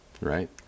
right